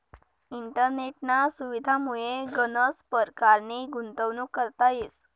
इंटरनेटना सुविधामुये गनच परकारनी गुंतवणूक करता येस